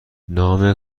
نام